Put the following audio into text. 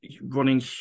running